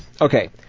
Okay